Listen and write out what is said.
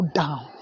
down